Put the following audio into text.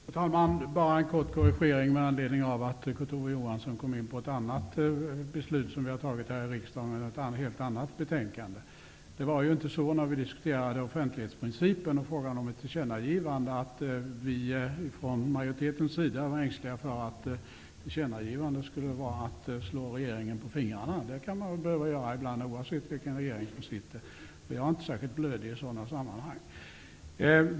Fru talman! Bara en kort korrigering med anledning av att Kurt Ove Johansson kom in på ett annat beslut som vi har tagit här i riksdagen, i anslutning till ett helt annat betänkande. Det var inte så att vi från majoritetens sida, när vi diskuterade frågan om ett tillkännagivande om offentlighetsprincipen, var ängsliga för att ett tillkännagivande skulle innebära att man slog regeringen på fingrarna. Det kan man behöva göra ibland, oavsett vilken regering som sitter. Jag är inte särskilt blödig i sådana sammanhang.